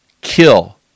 kill